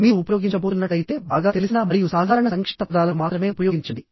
మీరు ఉపయోగించబోతున్నట్లయితే బాగా తెలిసిన మరియు సాధారణ సంక్షిప్త పదాలను మాత్రమే ఉపయోగించండి